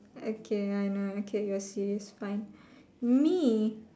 okay I know okay you will see this fine me